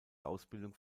ausbildung